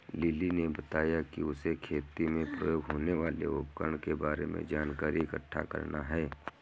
lily ने बताया कि उसे खेती में प्रयोग होने वाले उपकरण के बारे में जानकारी इकट्ठा करना है